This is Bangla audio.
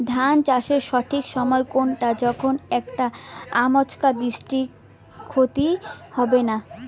ধান চাষের সঠিক সময় কুনটা যখন এইটা আচমকা বৃষ্টিত ক্ষতি হবে নাই?